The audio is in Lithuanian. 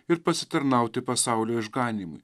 ir pasitarnauti pasaulio išganymui